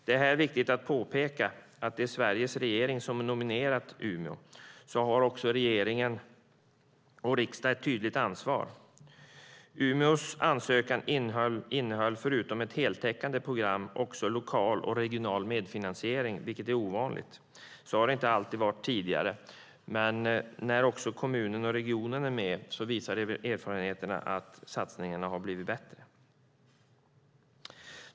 Det är viktigt att påpeka att det är Sveriges regering som nominerat Umeå, så också regering och riksdag har ett tydligt ansvar. Umeås ansökan innehöll, förutom ett heltäckande program, lokal och regional medfinansiering, vilket är ovanligt. Så har det inte alltid varit tidigare. Men när också kommunen och regionen är med visar erfarenheterna att satsningarna blir bättre.